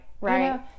Right